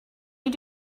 you